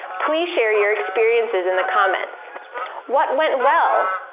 please share your experiences in the comments what went well,